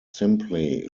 simply